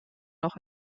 noch